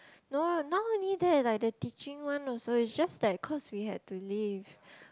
no lah now only that like the teaching one also is just that cause we had to leave